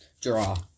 draw